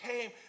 came